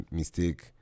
mistake